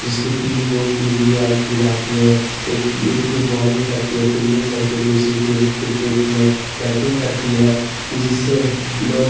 जिसकी टीम दो team divide की जाती है एक एक टीम बॉलिन्ग करती है फ़ील्डिन्ग करती है दूसरी टीम क्रिकेट में बैटिन्ग करती है जिससे लोग